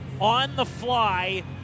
on-the-fly